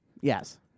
Yes